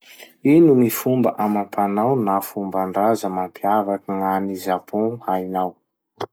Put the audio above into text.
Ino gny fomba amam-panao na fomban-draza mampiavaky gn'any Japon hainao?